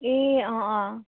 ए अँ अँ